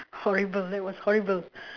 horrible that was horrible